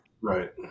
Right